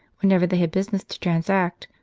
whenever they had business to transact,